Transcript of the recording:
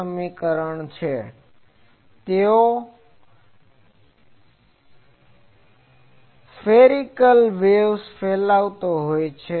આ કારણ છે કે તેઓ સ્ફેરીક્લ વેવ્સ ફેલાવતા હોય છે